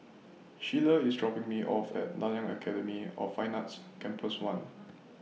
Shiela IS dropping Me off At Nanyang Academy of Fine Arts Campus one